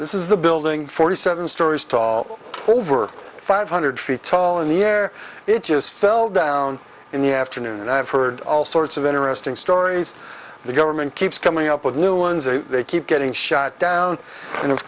this is the building forty seven stories tall over five hundred feet tall in the air it just fell down in the afternoon and i've heard all sorts of interesting stories the government keeps coming up with new ones or they keep getting shot down and of